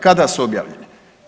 Kada su objavljene?